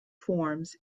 forms